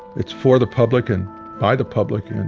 it's for the public and by the public, and and